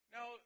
Now